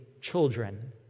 children